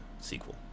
sequel